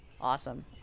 Awesome